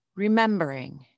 Remembering